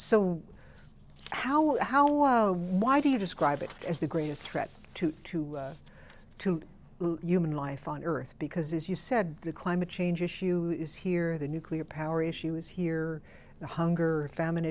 so how how why do you describe it as the greatest threat to to to human life on earth because as you said the climate change issue is here the nuclear power issue is here the hunger famine